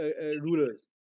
rulers